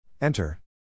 Enter